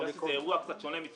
עם תיירות,